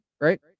right